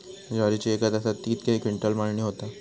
ज्वारीची एका तासात कितके क्विंटल मळणी होता?